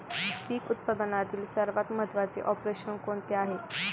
पीक उत्पादनातील सर्वात महत्त्वाचे ऑपरेशन कोणते आहे?